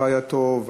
מות רעייתו,